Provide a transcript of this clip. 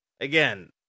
Again